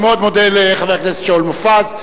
אני מאוד מודה לחבר הכנסת שאול מופז.